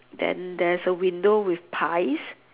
then there's a window with pies